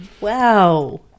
Wow